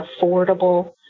affordable